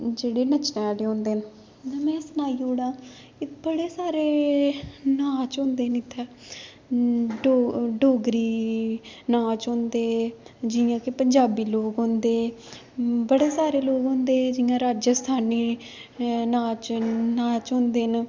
जेह्ड़े नच्चने आह्ले होंदे न में सनाई उड़ां कि बड़े सारे नाच होंदे न इत्थें डो डोगरी नाच होंदे जियां के पंजाबी लोक होंदे बड़े सारे लोक होंदे जियां राजस्थानी नाच नाच होंदे न